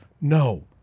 No